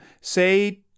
say